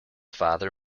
father